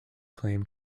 claim